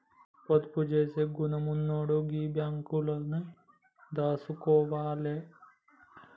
పొదుపు జేసే గుణమున్నోడు గీ బాంకులల్లనే దాసుకోవాల